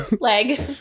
Leg